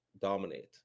dominate